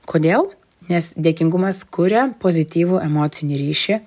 kodėl nes dėkingumas kuria pozityvų emocinį ryšį